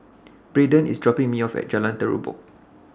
Braeden IS dropping Me off At Jalan Terubok